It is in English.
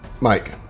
Mike